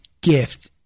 gift